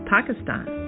Pakistan